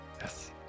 Yes